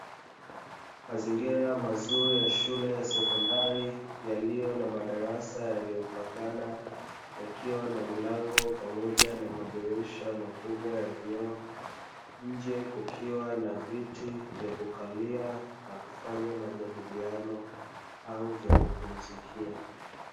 Mazingira mazuri ya shule ya sekondari yaliyo na madarasa yaliyopangana, yakiwa na milango pamoja na madirisha makubwa ya vioo, nje kukiwa na viti vya kukalia na kufanya majadiliano au vya kupumzikia.